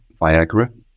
Viagra